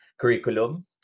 curriculum